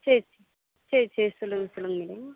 சரி சரி சரி சரி சொல்லுங்கள் சொல்லுங்கள் மேடம்